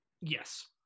yes